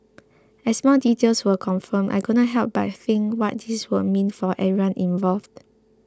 as more details were confirmed I couldn't help but think what this would mean for everyone involved